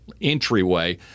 entryway